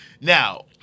Now